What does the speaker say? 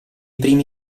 primi